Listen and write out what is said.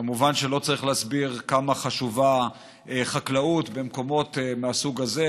כמובן שלא צריך להסביר כמה חשובה חקלאות במקומות מהסוג הזה,